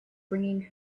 bringing